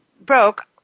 broke